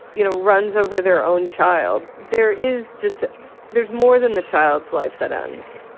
you know, runs over their own child. there is just there's more than the child's life that ends.